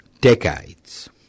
Decades